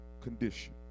condition